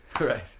right